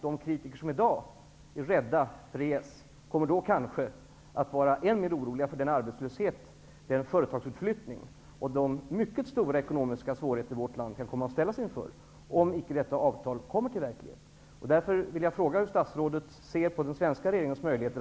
De kritiker som i dag är rädda för EES kommer då kanske att vara ännu oroligare för den arbetslöshet, den företagsutflyttning och de mycket stora ekonomiska svårigheter som vårt land kan komma att ställas inför om detta avtal icke blir verklighet.